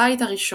הבית ה-1